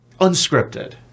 unscripted